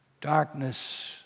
darkness